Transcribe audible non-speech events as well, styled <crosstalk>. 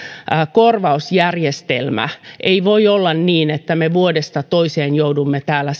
korvausjärjestelmä ei voi olla niin että me vuodesta toiseen joudumme täällä <unintelligible>